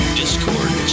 discord